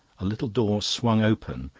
a little door swung open,